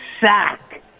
sack